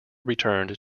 returned